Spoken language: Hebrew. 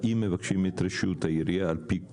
מבקשים את רשות העירייה על פי הנהלים.